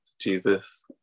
Jesus